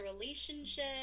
relationship